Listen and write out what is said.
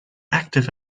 active